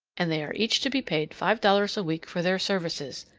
and they are each to be paid five dollars a week for their services,